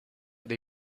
dei